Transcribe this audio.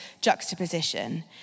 juxtaposition